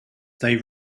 they